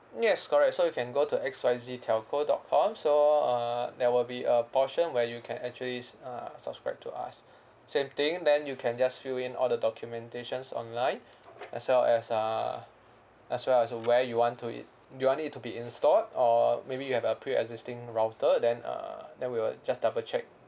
yes correct so you can go to X Y Z telco dot com so uh there will be a portion where you can actually s~ uh subscribe to us same thing then you can just fill in all the documentations online as well as uh as well as where you want to it you want it to be installed or maybe you have a pre-existing router then uh then we will just double check